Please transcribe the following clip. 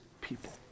people